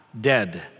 dead